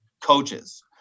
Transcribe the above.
coaches